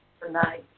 tonight